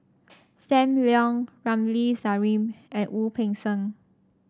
Sam Leong Ramli Sarip and Wu Peng Seng